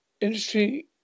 industry